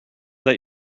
that